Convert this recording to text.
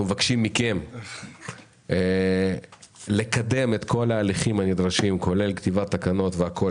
אנחנו מבקשים מכם לקדם את כל ההליכים הנדרשים כולל כתיבת תקנות כדי